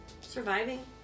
Surviving